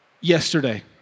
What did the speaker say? yesterday